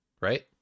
right